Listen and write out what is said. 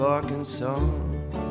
Arkansas